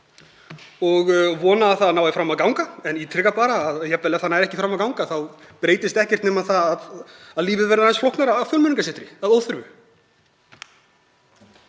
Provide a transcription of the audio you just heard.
ég vona að það nái fram að ganga. Ég ítreka bara að jafnvel þó að það nái ekki fram að ganga þá breytist ekkert nema það að lífið verður aðeins flóknara í Fjölmenningarsetri, að óþörfu.